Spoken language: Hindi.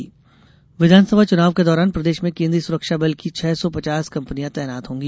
चुनाव सुरक्षा बल विधानसभा चुनाव के दौरान प्रदेष में केन्द्रीय सुरक्षा बल की छह सौ पचास कंपनियां तैनात होंगी